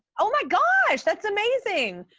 oh my gosh, that's amazing!